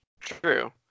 True